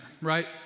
right